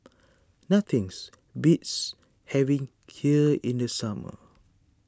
nothings beats having Kheer in the summer